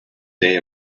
day